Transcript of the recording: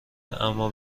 اما